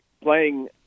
playing